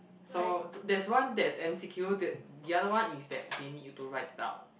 so t~ there's one that's m_c_q the the other one is that they need you to write it out